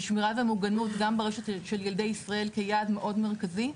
ושמירה ומוגנות גם ברשת של ילדי ישראל כיעד מאוד מרכזי,